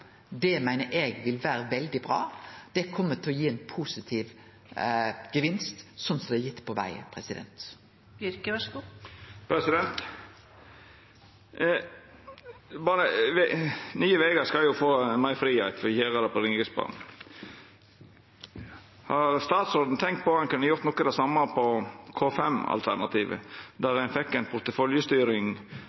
meiner eg vil vere veldig bra. Det kjem til å gi ein positiv gevinst, slik som det har gitt på veg. Nye Vegar skal jo få meir fridom på Ringeriksbanen. Har statsråden tenkt på om ein kunne gjort noko av det same på K5-alternativet, der ein fekk